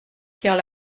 pierre